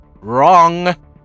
WRONG